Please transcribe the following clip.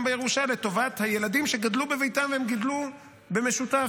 בירושה לטובת הילדים שגדלו בביתם והם גידלו במשותף,